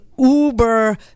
uber